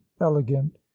elegant